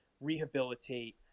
rehabilitate